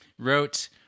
Wrote